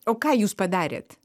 o ką jūs padarėt